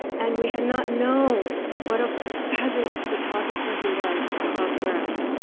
and we had not known what a fabulous photographer he was above ground.